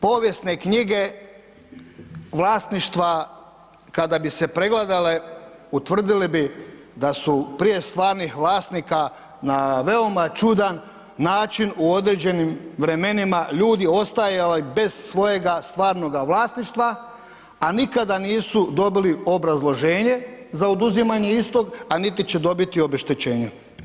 Povijesne knjige vlasništva, kada bi se pregledale, utvrdili bi da su prije stvarnih vlasnika na veoma čudan način u određenim vremenima ljudi ostajali bez svojega stvarnoga vlasništva, a nikada nisu dobili obrazloženje za oduzimanje istog, a niti će dobiti obeštećenje.